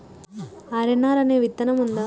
RNR అనే విత్తనం ఉందా?